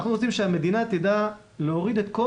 אנחנו רוצים שהמדינה תדע להוריד את כל